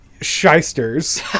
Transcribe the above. shysters